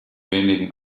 wenigen